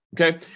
Okay